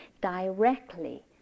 directly